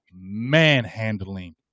manhandling